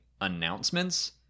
announcements